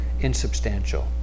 insubstantial